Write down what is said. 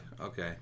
Okay